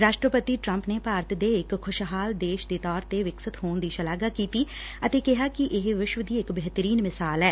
ਰਾਸ਼ਟਰਪਤੀ ਟਰੰਪ ਨੇ ਭਾਰਤ ਦੇ ਇਕ ਖੁਸ਼ਹਾਲ ਦੇਸ਼ ਦੇ ਤੌਰ ਤੇ ਵਿਕਸਿਤ ਹੋਣ ਦੀ ਸ਼ਲਾਘਾ ਕੀਤੀ ਅਤੇ ਕਿਹਾ ਕਿ ਇਹ ਵਿਸ਼ਵ ਦੀ ਇਕ ਬੇਹਤਰੀਨ ਮਿਸਾਲ ਐ